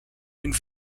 une